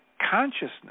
consciousness